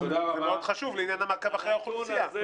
זה מאוד חשוב לעניין המעקב אחרי האוכלוסייה.